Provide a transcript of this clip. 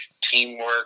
teamwork